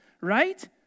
Right